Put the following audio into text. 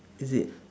is it